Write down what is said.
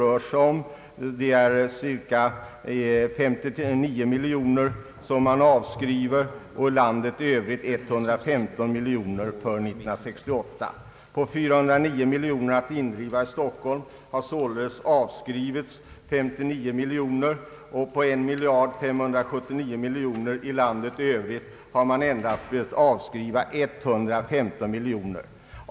Av 409 miljoner kronor att indriva i Stockholm har avskrivits 59 miljoner år 1968 och på 1579 miljoner kronor i landet i övrigt har man endast behövt avskriva 115 miljoner kronor.